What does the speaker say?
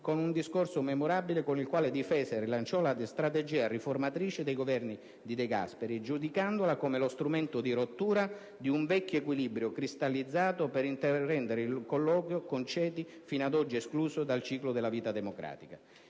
con un discorso memorabile con il quale difese e rilanciò la strategia riformatrice dei Governi De Gasperi, giudicandola come «lo strumento di rottura di un vecchio equilibrio cristallizzato per intraprendere il colloquio con ceti fino ad oggi esclusi dal ciclo della vita democratica».